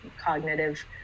cognitive